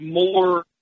more